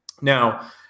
Now